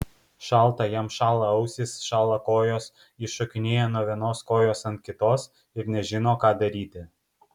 šalta jam šąla ausys šąla kojos jis šokinėja nuo vienos kojos ant kitos ir nežino ką daryti